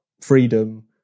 freedom